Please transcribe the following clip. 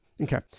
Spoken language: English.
Okay